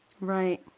Right